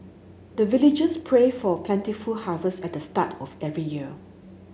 the villagers pray for plentiful harvest at the start of every year